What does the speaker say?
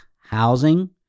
housing